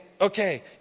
okay